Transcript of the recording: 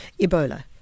Ebola